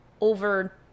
over